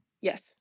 yes